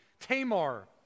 Tamar